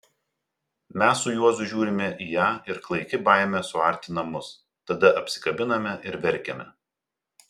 mes su juozu žiūrime į ją ir klaiki baimė suartina mus tada apsikabiname ir verkiame